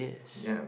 ya